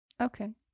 Okay